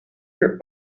your